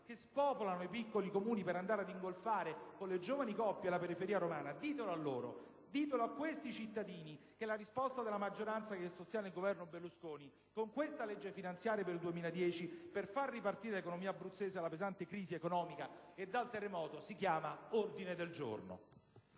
che spopolano i piccoli Comuni per andare ad ingolfare, con le giovani coppie, la periferia romana. Ditelo a loro, ditelo a questi cittadini che la risposta della maggioranza che sostiene il Governo Berlusconi, con questa legge finanziaria per il 2010, per far ripartire l'economia abruzzese dalla pesante crisi economica e dal terremoto, si chiama ordine del giorno!